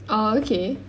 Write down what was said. oh okay